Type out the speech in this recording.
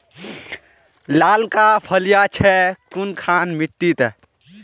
लालका फलिया छै कुनखान मिट्टी त?